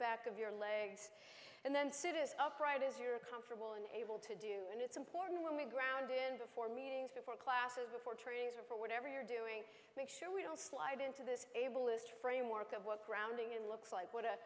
back of your legs and then sit is upright as you're comfortable and able to do and it's important when we grounded before meetings before classes before trainings or for whatever you're doing make sure we don't slide into this able list framework of what grounding in looks like what a